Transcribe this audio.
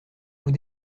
vous